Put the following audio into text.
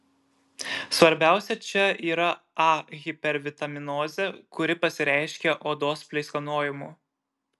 svarbiausia čia yra a hipervitaminozė kuri pasireiškia odos pleiskanojimu